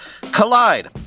Collide